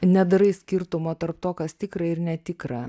nedarai skirtumo tarp to kas tikra ir netikra